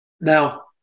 Now